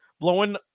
blowing